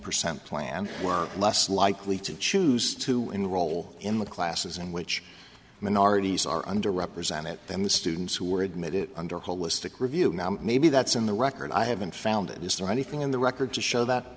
percent plan were less likely to choose to enroll in the classes in which minorities are under represented and the students who were admitted under a holistic review maybe that's in the record i haven't found it is there anything in the record to show that